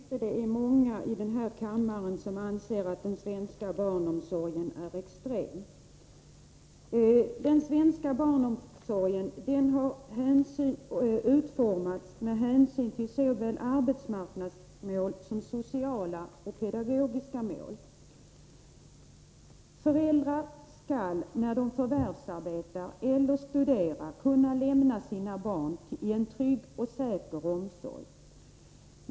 Fru talman! Jag tror inte att det är många i den här kammaren som anser att den svenska barnomsorgen är extrem. Den svenska barnomsorgen har utformats med hänsyn till såväl arbetsmarknadsmål som sociala och pedagogiska mål. Föräldrar skall när de förvärvsarbetar eller studerar kunna lämna sina barn i en trygg och säker omsorg.